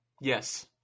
Yes